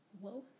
Whoa